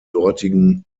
dortigen